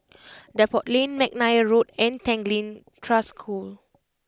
Depot Lane McNair Road and Tanglin Trust School